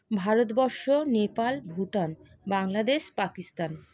Bharatvarsha Nepal Bhutan Bangladesh Pakistan